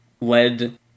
led